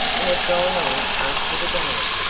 and have gone on after the game.